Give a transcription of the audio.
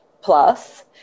plus